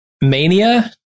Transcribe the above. mania